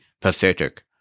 pathetic